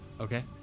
Okay